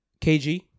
KG